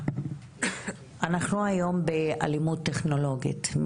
אנחנו היום באלימות טכנולוגית.